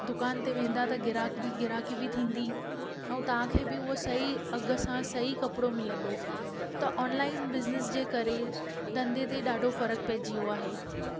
दुकान ते वेंदा त ग्राहक ग्राहकी ॿि थींदी ऐं तव्हांखे ॿि उहा सही अघ सां सही कपड़ो मिलंदो त ऑनलाइन बिज़नेस जे करे धंधे ते ॾाढो फर्क़ु पंहिंजी वियो आहे